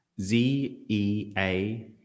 Z-E-A